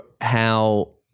how-